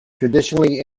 traditionally